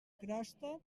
crosta